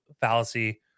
fallacy